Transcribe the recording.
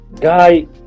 guy